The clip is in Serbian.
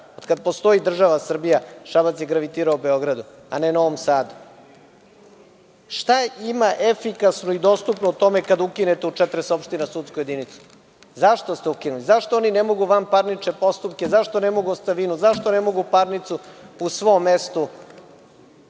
Od kad postoji država Srbija Šabac je gravitirao Beogradu, a ne Novom Sadu. Šta ima efikasno i dostupno u tome kada ukinite u 40 opština sudsku jedinicu? Zašto ste ukinuli? Zašto oni ne mogu vanparnične postupke, zašto ne mogu ostavinu, zašto ne mogu parnicu u svom mestu